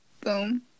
Boom